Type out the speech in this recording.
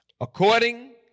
according